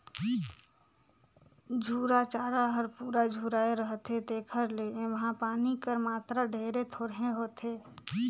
झूरा चारा हर पूरा झुराए रहथे तेकर ले एम्हां पानी कर मातरा ढेरे थोरहें होथे